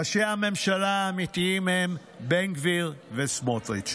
ראשי הממשלה האמיתיים הם בן גביר וסמוטריץ'.